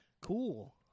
Cool